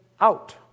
out